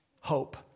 hope